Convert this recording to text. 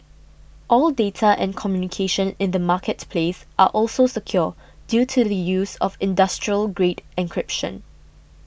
all data and communication in the marketplace are also secure due to the use of industrial grade encryption